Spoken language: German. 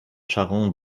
sharon